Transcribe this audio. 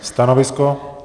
Stanovisko?